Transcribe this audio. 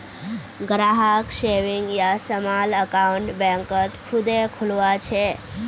ग्राहक सेविंग या small account बैंकत खुदे खुलवा छे